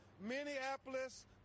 Minneapolis